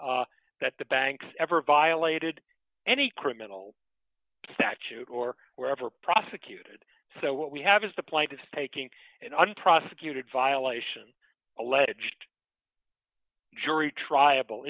that the banks ever violated any criminal statute or were ever prosecuted so what we have is the plaintiffs taking unprosecuted violations alleged jury trial